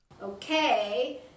Okay